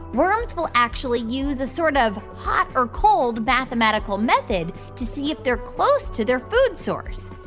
worms will actually use a sort of hot-or-cold mathematical method to see if they're close to their food source.